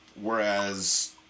Whereas